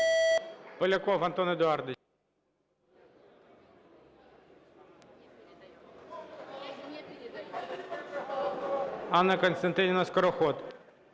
Поляков Антон Едуардович. Анна Костянтинівна Скороход.